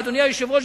אדוני היושב-ראש,